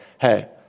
hey